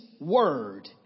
word